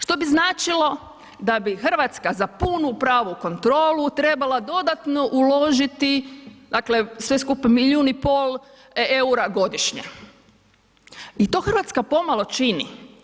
Što bi značilo da bi Hrvatska za punu pravu kontrolu trebala dodatno uložiti dakle sve skupa milijun i pol eura godišnje i to Hrvatska pomalo čini.